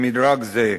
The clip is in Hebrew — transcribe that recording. במדרג זה.